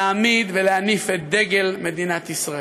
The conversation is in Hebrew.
להעמיד ולהניף את דגל מדינת ישראל.